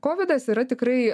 kovidas yra tikrai